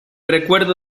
recuerdo